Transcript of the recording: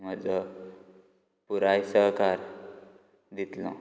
म्हजो पुराय सहकार दितलो